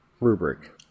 rubric